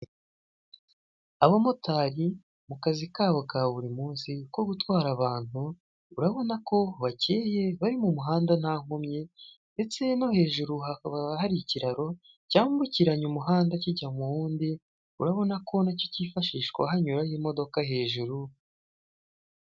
Abamotari mu kazi kabo ka buri munsi ko gutwara abantu, urabona ko bacyeye bari mu muhanda nta nkomyi, ndetse no hejuru hakaba hari ikiraro cyambukiranya umuhanda kijya mu wundi, urabona ko nacyo cyifashishwa hanyura imodoka hejuru,